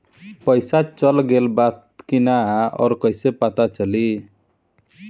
पइसा चल गेलऽ बा कि न और कइसे पता चलि?